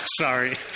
sorry